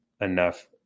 enough